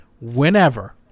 whenever